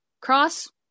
Cross